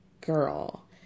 girl